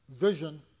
Vision